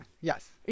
yes